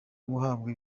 guhabwa